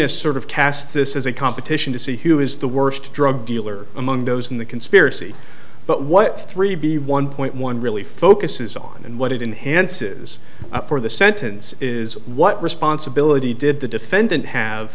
of cast this as a competition to see who is the worst drug dealer among those in the conspiracy but what three b one point one really focuses on and what it enhanced is for the sentence is what responsibility did the defendant have